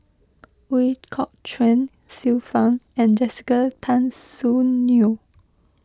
Ooi Kok Chuen Xiu Fang and Jessica Tan Soon Neo